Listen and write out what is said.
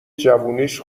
جوونیش